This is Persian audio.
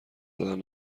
دادن